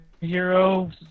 Hero